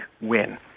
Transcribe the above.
win